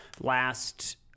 last